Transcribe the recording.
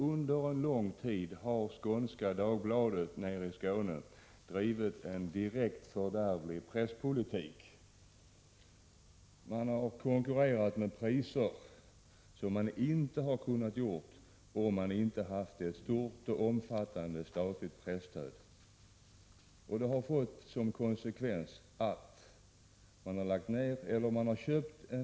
Under en lång tid har Skånska Dagbladet i Skåne drivit en direkt fördärvlig presspolitik. Tidningen har konkurrerat med priser som in e hade varit möjliga om den inte haft ett stort och omfattande statligt presstöd. Detta har fått till konsekvens att tidningen Mellersta Skåne har köpts.